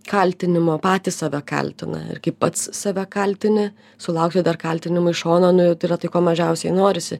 kaltinimo patys save kaltina ir kai pats save kaltini sulaukti dar kaltinimų iš šono nu jau tai yra tai ko mažiausiai norisi